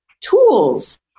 tools